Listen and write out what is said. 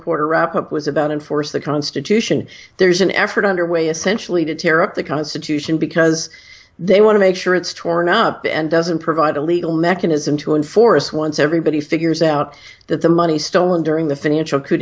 quarter wrap up was about enforce the constitution there's an effort underway essentially to tear up the constitution because they want to make sure it's torn up and doesn't provide a legal mechanism to enforce once everybody figures out that the money stolen during the financial cou